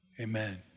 amen